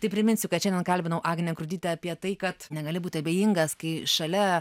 tai priminsiu kad šiandien kalbinau agnę grudytę apie tai kad negali būti abejingas kai šalia